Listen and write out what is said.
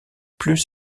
plus